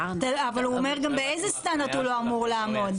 אבל הוא אומר גם באיזה סטנדרט הוא לא אמור לעמוד.